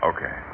Okay